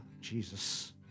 Jesus